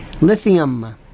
lithium